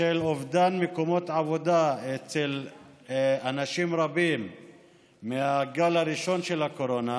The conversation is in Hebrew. בשל אובדן מקומות עבודה אצל אנשים רבים מהגל הראשון של הקורונה,